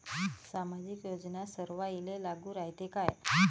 सामाजिक योजना सर्वाईले लागू रायते काय?